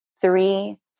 three